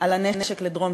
על הנשק לדרום-סודאן,